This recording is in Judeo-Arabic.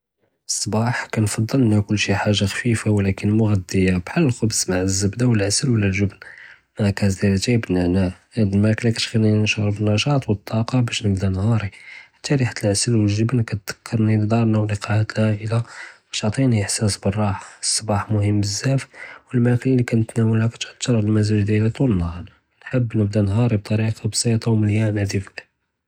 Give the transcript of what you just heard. אלצּבּאח כּנפדּל נאכּל שִׁי חאגָה חְפִיפָה וּלכּן מע'דִיָה בּחאל אלכּבּז מע אלזבּדּה וּאלעסל וּלא אלגְבּן מע כּאס דִיאַל לאתאי בּאלנענאע, האד אלמאכְּלָה כּתְכלִינִי נשׁעֻר בּאלנשׁאט וּטָאקָּה בּאש נבּדּא נהארִי, חתא רִיחְת אלעסל וּאלגְבּן כּתְדכּרנִי לִדארנָא וּלקָּאאת אלעאאִלה וּכּתעטִינִי אִחְסאס בּאלראחה, אלצּבּאח מהים בּזזאף וּאלמאכְּלָה לִי כּנְתנאולהא כּתְאתּר עלא אלמזאג דִיאלי טוּאל אלנהאר, נְחבּ נבּדּא נהארִי בּטָרִיקָה בסִיטָה וּמליאנה דף.